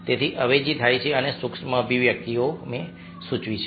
તેથી અવેજી થાય છે અને સૂક્ષ્મ અભિવ્યક્તિઓ મેં સૂચવી છે